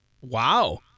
Wow